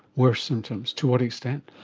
worse symptoms? to what extent?